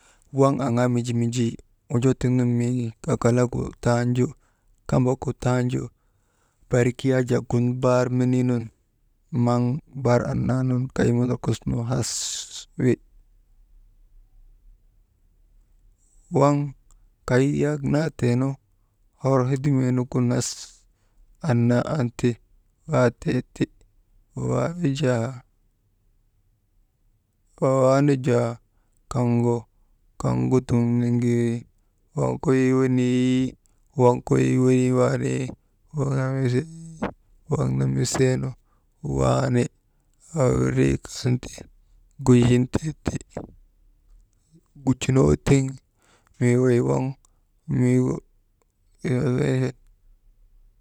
Waŋ aŋaa ninji ninji wi, wonjoo tiŋ nun mii kakalagu tanju, kambagu tanju, barik yak jaa gun baar menii nun maŋ bar annaa nun kay modorkosnu has wi. Waŋ kay yak naateenu hor hedimee nugu nas, annaa anti waatee ti, «hesitation» wawaanu jaa kaŋgu kaŋgu dum niŋgeeri, waŋ koliii wenii wi, waŋ kolii wenii wani, «hesitation» waŋ namisee nu waani, wirri sun ti gujintee ti, gujunoo tiŋ mii wey waŋ miigu bee.